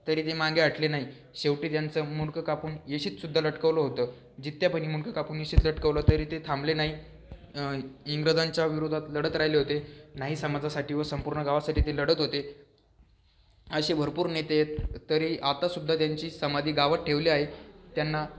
तरी ते मागे हटले नाही शेवटी त्यांचं मुंडकं कापून वेशीतसुद्धा लटकवलं होतं जितेपणी मुंडकं कापून वेशीत लटकवलं तरी ते थांबले नाही इंग्रजांच्या विरोधात लढत राहिले होते न्हावी समाजासाठी व संपूर्ण गावासाठी ते लढत होते असे भरपूर नेते आहेत तरी आतासुद्धा त्यांची समाधी गावात ठेवली आहे त्यांना